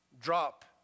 drop